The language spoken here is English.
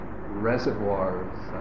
reservoirs